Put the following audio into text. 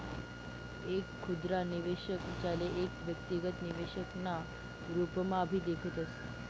एक खुदरा निवेशक, ज्याले एक व्यक्तिगत निवेशक ना रूपम्हाभी देखतस